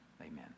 Amen